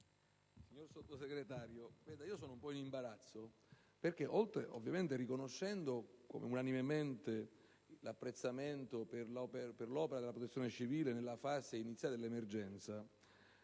signor Sottosegretario, mi trovo un po' in imbarazzo, perché, pur riconoscendo, come unanimemente avviene, l'apprezzamento per l'opera della Protezione civile nella fase iniziale dell'emergenza,